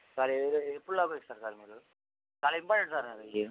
sir ఏదో ఎప్పటిలోగా ఇస్తారు సార్ మీరు చాలా ఇంపార్టంట్ సార్ నాకు అవి